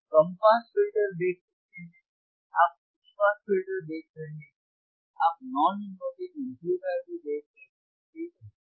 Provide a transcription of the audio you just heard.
आप कम pass filter को देख रहे हैं आप उच्च पास फिल्टर को देख रहे हैं आप नॉन इनवर्टिंग एम्पलीफायर को देख रहे हैं ठीक है